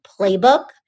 playbook